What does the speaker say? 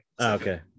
Okay